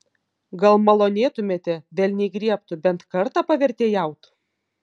gal malonėtumėte velniai griebtų bent kartą pavertėjaut